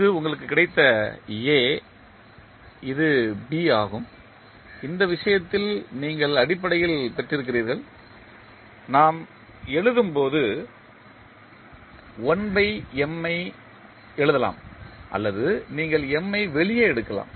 இது உங்களுக்கு கிடைத்த A இது B ஆகும் இந்த விஷயத்தில் நீங்கள் அடிப்படையில் பெற்றிருக்கிறீர்கள் நாம் எழுதும் போது 1 M ஐ எழுதலாம் அல்லது நீங்கள் M ஐ வெளியே எடுக்கலாம்